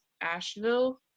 Asheville